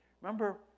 Remember